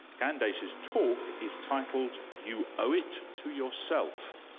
candace's talk is titled you owe it to yourself.